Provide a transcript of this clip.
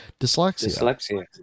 Dyslexia